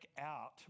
out